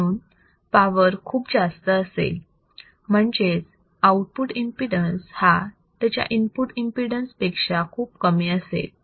म्हणून पावर खूप जास्त असेल म्हणजेच आउटपुट एमपीडन्स हा त्याच्या इनपुट एमपीडन्स पेक्षा खूप कमी असेल